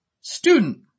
Student